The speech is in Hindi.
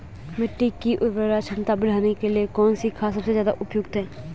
मिट्टी की उर्वरा क्षमता बढ़ाने के लिए कौन सी खाद सबसे ज़्यादा उपयुक्त है?